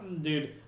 Dude